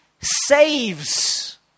saves